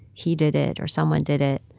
he did it or someone did it,